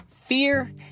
fear